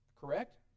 Correct